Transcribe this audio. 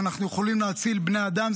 ואנחנו יכולים להציל בני אדם.